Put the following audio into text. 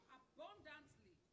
abundantly